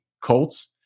Colts